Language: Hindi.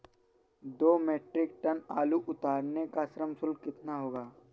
दो मीट्रिक टन आलू उतारने का श्रम शुल्क कितना होगा?